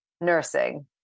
nursing